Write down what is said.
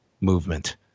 movement